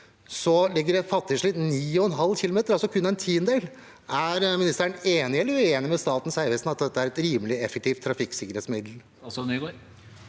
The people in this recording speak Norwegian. ligger det på fattigslige 9,5 km, altså kun en tiendedel. Er ministeren enig eller uenig med Statens vegvesen i at dette er et rimelig og effektivt trafikksikkerhetsmiddel?